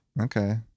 okay